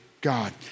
God